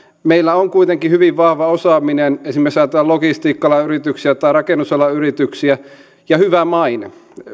meillä on kuitenkin hyvin vahva osaaminen esimerkiksi jos ajatellaan logistiikka alan yrityksiä tai rakennusalan yrityksiä ja hyvä maine